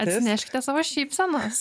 atsineškite savo šypsenas